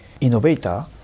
innovator